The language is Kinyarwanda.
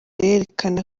yerekana